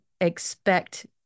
expect